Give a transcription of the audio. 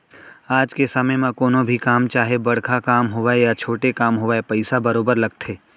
आज के समे म कोनो भी काम चाहे बड़का काम होवय या छोटे काम होवय पइसा बरोबर लगथे